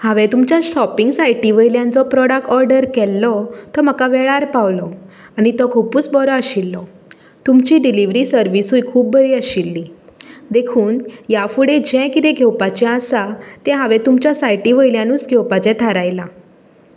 हांवें तुमच्या शॉपिंग सायटी वयल्यान जो प्रॉडक्ट ऑर्डर केल्लो तो म्हाका वेळार पावलो आनी तो खुबूच बरो आशिल्लो तुमची डिलीवरी सर्विसूय खूब बरी आशिल्ली देखून ह्या फुडें जें कितें घेवपाचें आसा तें हांवें तुमच्या सायटी वयल्यानुच घेवपाचें थारायलां